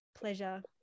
pleasure